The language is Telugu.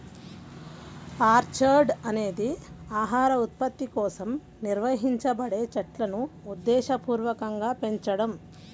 ఆర్చర్డ్ అనేది ఆహార ఉత్పత్తి కోసం నిర్వహించబడే చెట్లును ఉద్దేశపూర్వకంగా పెంచడం